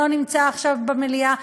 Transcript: שלא נמצא עכשיו במליאה,